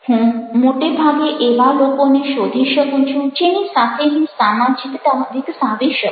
હું મોટે ભાગે એવા લોકોને શોધી શકું છું જેની સાથે હું સામાજિકતા વિકસાવી શકું